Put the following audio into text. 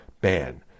ban